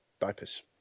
diapers